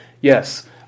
Yes